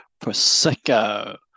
Prosecco